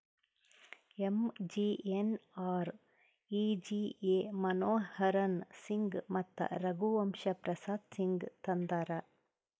MGNREGA Manmohan Singh ಮತ್ತ ರಘುವಂಶ ಪ್ರಸಾದ್ ಸಿಂಗ್ ತಂದಾರ್